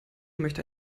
möchte